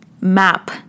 map